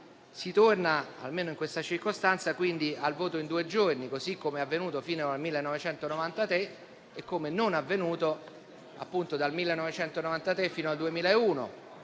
Si torna, almeno in questa circostanza, al voto in due giorni, così come è avvenuto fino al 1993 e come non è avvenuto dal 1993 fino al 2001.